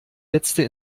letzte